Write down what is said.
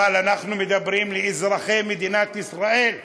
אבל אנחנו מדברים לאזרחי מדינת ישראל,